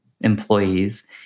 employees